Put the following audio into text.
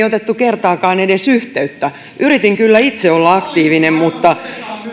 otettu kertaakaan edes yhteyttä yritin kyllä itse olla aktiivinen mutta